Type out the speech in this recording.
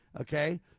okay